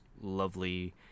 lovely